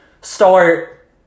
start